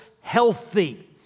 healthy